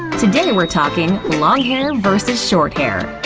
today, we're talking long hair vs short hair!